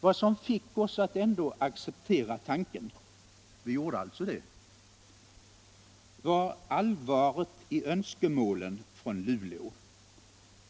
Vad som fick oss att ändå acceptera tanken — vi gjorde alltså det — var allvaret i önskemålen från Luleå.